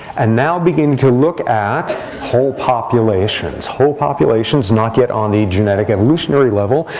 and now begin to look at whole populations whole populations not yet on the genetic evolutionary level.